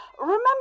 remember